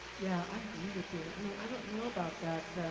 yeah, i agree with you. i mean i don't know about that.